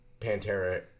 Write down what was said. Pantera